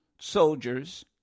soldiers